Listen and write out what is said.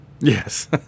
Yes